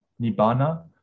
Nibbana